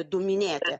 du minėti